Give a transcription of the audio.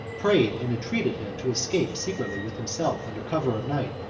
prayed and entreated him to escape secretly with himself under cover of night.